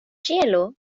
ĉielo